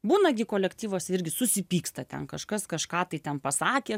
būna gi kolektyvuose irgi susipyksta ten kažkas kažką tai ten pasakė